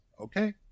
Okay